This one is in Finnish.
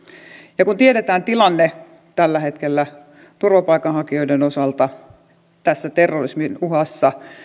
ja kun tiedetään tilanne tällä hetkellä turvapaikanhakijoiden osalta tässä terrorismin uhassa